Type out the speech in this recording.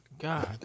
God